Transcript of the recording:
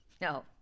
No